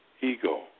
ego